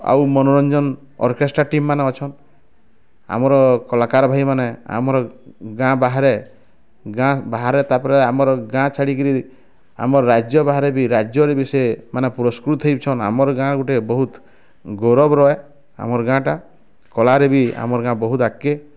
ଆଉ ମନୋରଞ୍ଜନ ଅର୍କେଷ୍ଟା ଟିମ୍ମାନେ ଅଛନ ଆମର କଳାକାର ଭାଇମାନେ ଆମର ଗାଁ ବାହାରେ ଗାଁ ବାହାରେ ତା'ପରେ ଆମର ଗାଁ ଛାଡ଼ି କିରି ଆମ ରାଜ୍ୟ ବାହାରେ ବି ରାଜ୍ୟରେ ବି ସେମାନେ ପୁରସ୍କୃତ ହେଇଛନ ଆମର ଗାଁ ଗୋଟେ ବହୁତ ଗୌରବ ରହେ ଆମର ଗାଁଟା କଳାରେ ବି ଆମର ଗାଁ ବହୁତ ଆଗକେ